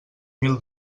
mil